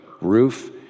roof